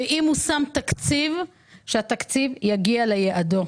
ושהתקציב יגיע ליעדו.